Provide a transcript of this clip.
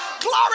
glory